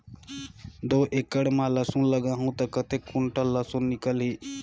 दो एकड़ मां लसुन लगाहूं ता कतेक कुंटल लसुन निकल ही?